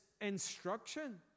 instruction